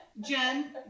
Jen